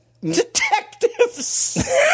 Detectives